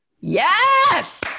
Yes